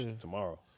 Tomorrow